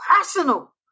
personal